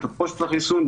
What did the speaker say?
בתוקפו של החיסון,